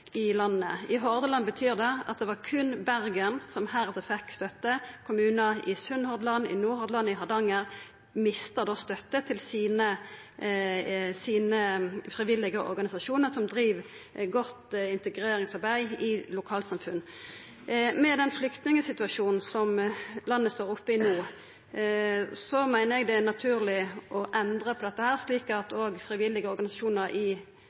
i landet. I Hordaland betyr det at det berre var Bergen som heretter fekk støtte. Kommunar i Sunnhordland, Nordhordland og Hardanger mista da støtte til sine frivillige organisasjonar, som driv godt integreringsarbeid i ulike lokalsamfunn. Med den flyktningsituasjonen som landet står oppe i no, meiner eg det er naturleg å endra på dette, slik at òg frivillige organisasjonar i